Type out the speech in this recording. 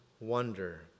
wonder